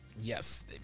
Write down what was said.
yes